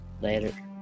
later